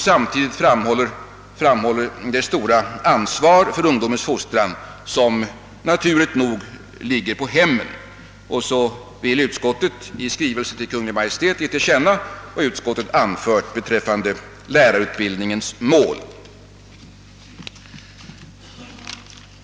Samtidigt framhålls det stora ansvar för ungdomens fostran som naturligt nog åvilar hemmen. Utskottet önskar också att riksdagen i skrivelse till Kungl. Maj:t skall ge till känna vad utskottet anfört beträffande lärarutbildningens mål.